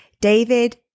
David